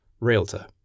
Realtor